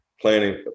Planning